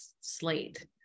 slate